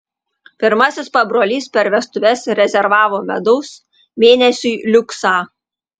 pirmasis pabrolys per vestuves rezervavo medaus mėnesiui liuksą